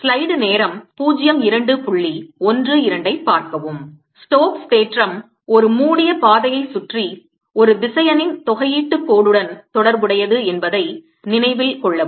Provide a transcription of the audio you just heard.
Stokes தேற்றம் ஒரு மூடிய பாதையைச் சுற்றி ஒரு திசையனின் தொகையீட்டு கோடுடன் தொடர்புடையது என்பதை நினைவில் கொள்ளவும்